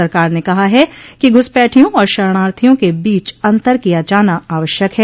सरकार ने कहा है कि घुसपैठियों और शरणार्थियों के बीच अंतर किया जाना आवश्यक है